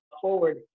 forward